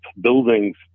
buildings